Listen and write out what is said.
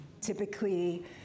typically